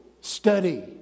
study